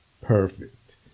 perfect